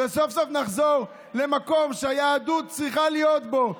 וסוף-סוף נחזור למקום שהיהדות צריכה להיות בו.